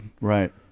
Right